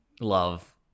love